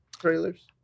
trailers